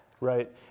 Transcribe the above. Right